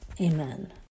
Amen